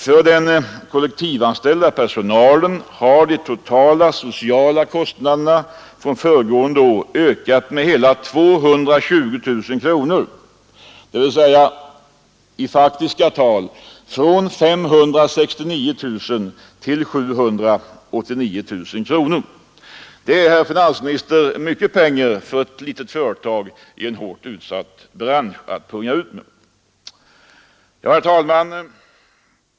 För den kollektivanställda personalen har de totala sociala kostnaderna från föregående år ökat med hela 220 000 kronor, i faktiska tal från 569 000 till 789 000 kronor. Det är, herr finansminister, mycket pengar att punga ut med för ett litet företag i en utsatt bransch. Herr talman!